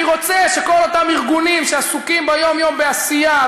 אני רוצה שכל אותם ארגונים שעסוקים ביום-יום בעשייה,